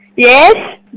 Yes